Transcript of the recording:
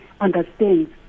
understands